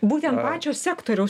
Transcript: būtent pačio sektoriaus